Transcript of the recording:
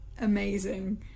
amazing